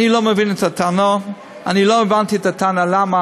אני לא מבין את הטענה, אני לא הבנתי את הטענה למה,